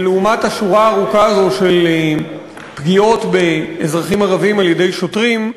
לעומת השורה הארוכה הזו של פגיעות באזרחים ערבים על-ידי שוטרים,